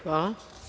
Hvala.